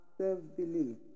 self-belief